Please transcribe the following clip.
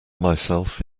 myself